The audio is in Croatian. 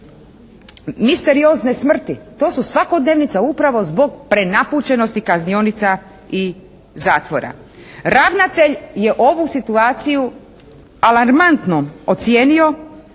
misteriozne smrti, to su svakodnevnica upravo zbog prenapučenosti kaznionica i zatvora. Ravnatelj je ovu situaciju alarmantno ocijenio,